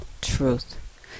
truth